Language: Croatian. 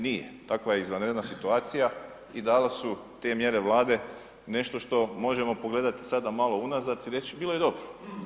Nije, takva je izvanredna situacija i dali su te mjere Vlade nešto što možemo pogledati sad malo unazad i reći, bilo je dobro.